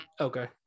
okay